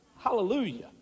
hallelujah